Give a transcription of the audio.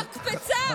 ואתם מהמקפצה, מהמקפצה.